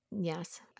Yes